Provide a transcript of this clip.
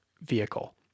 vehicle